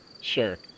Sure